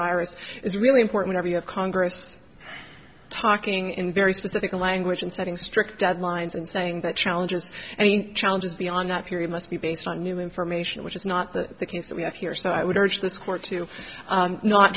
virus is really important to be of congress talking in very specific language and setting strict deadlines and saying that challenges and he challenges beyond that period must be based on new information which is not the case that we have here so i would urge this court to